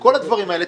כל הדברים האלה.